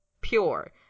pure